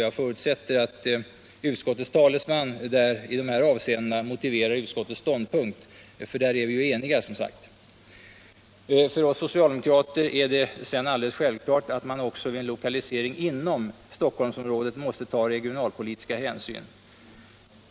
Jag förutsätter att utskottets talesman motiverar utskottets ståndpunkt i dessa avseenden. På den punkten är vi som sagt eniga. För oss socialdemokrater är det alldeles självklart att man vid en lokalisering inom Stockholmsområdet måste ta regionalpolitiska hänsyn.